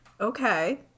okay